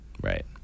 Right